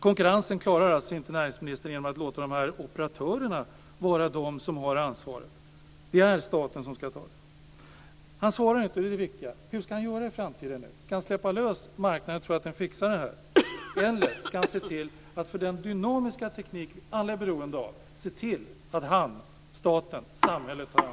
Konkurrensen klarar alltså inte näringsministern genom att låta de här operatörerna vara de som har ansvaret. Det är staten som ska ta det. Näringsministern svarar inte på det viktiga. Hur ska han göra i framtiden? Ska han släppa lös marknaden och tro att den fixar det här? Eller ska han se till att han - alltså staten, samhället - tar ansvar för denna dynamiska teknik som vi alla är beroende av?